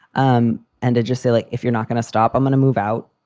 um and to just say, like, if you're not going to stop, i'm going to move out.